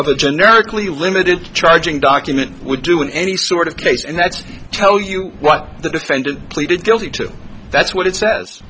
a generically limited charging document would do in any sort of case and that's tell you what the defendant pleaded guilty to that's what it says